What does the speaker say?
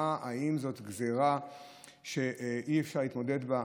האם זאת גזרה שאי-אפשר להתמודד איתה